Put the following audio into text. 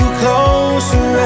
closer